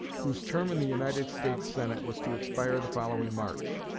whose term in the united states senate was to expire the following march.